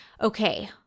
okay